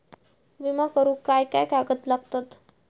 विमा करुक काय काय कागद लागतत?